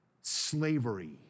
Slavery